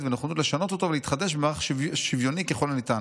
ונכונות לשנות אותו ולהתחדש במערך שוויוני ככל הניתן.